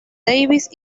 davis